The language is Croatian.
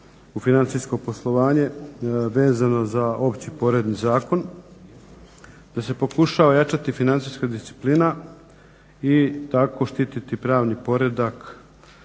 u financijsko poslovanje, vezano za Opći porezni zakon, da se pokušava ojačati financijska disciplina i tako štititi pravni poredak,